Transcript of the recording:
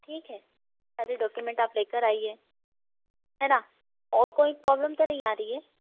ठीक है सारे डॉक्युमेंट आप ले कर आइए है ना और कोई प्रॉब्लम तो नहीं आ रही है